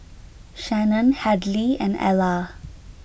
Shannon Hadley and Ella